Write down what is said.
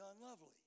unlovely